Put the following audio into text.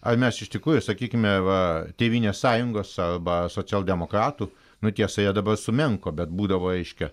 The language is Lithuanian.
ar mes iš tikrųjų sakykime va tėvynės sąjungos arba socialdemokratų nu tiesa jie dabar sumenko bet būdavo reiškia